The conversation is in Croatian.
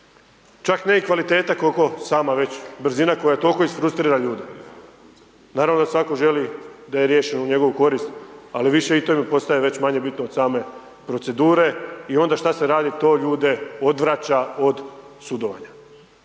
Čak ne i kvaliteta koliko sama već brzina koja toliko isfrustrira ljude. Naravno da svatko želi da je riješeno u njegovu korist ali više i to im postaje manje bitno od same procedure. I ona šta se radi? To ljude odvraća od sudovanja.